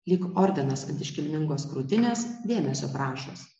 lyg ordinas iškilmingos krūtinės dėmesio prašos